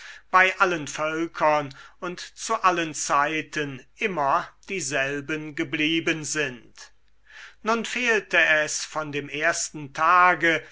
bei allen völkern und zu allen zeiten immer dieselben geblieben sind nun fehlte es von dem ersten tage